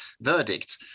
verdict